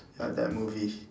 ya that movie